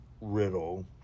Riddle